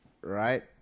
Right